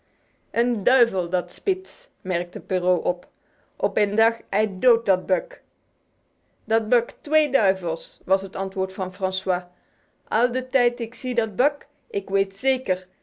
een duivel dat spitz merkte perrault op op een dag hij doodt dat buck dat buck twee duivels was het antwoord van francois al de tijd ik zie dat buck ik weet zeker